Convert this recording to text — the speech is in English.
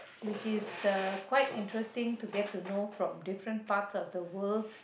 which is uh quite interesting to get to know from different parts of the world